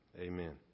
Amen